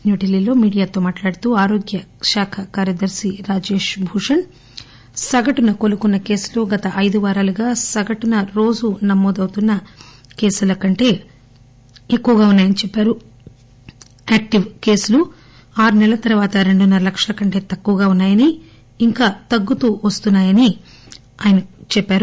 న్యూఢిల్లీలో మీడియాతో మాట్లాడుతూ ఆరోగ్యశాఖ కార్యదర్తి రాజేష్ భూషణ్ సగటున కోలుకున్న కేసులు గత ఐదు వారాలుగా సగటున రోజు నమోదవుతున్న కొత్త కేసుల కంటే ఎక్కువగా ఉన్నా యని చెప్పారు యాక్టివ్ కేసులు ఆరు సెలల తర్వాత రెండున్న ర లక్షల కంటే తక్కువగా ఉన్నాయని ఇంకా తగ్గుతూ వస్తున్నాయని కూడా ఆయన చెప్పారు